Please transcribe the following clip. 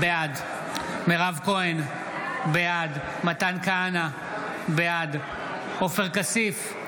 בעד מירב כהן, בעד מתן כהנא, בעד עופר כסיף,